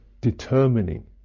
determining